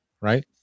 right